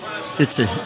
City